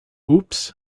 oops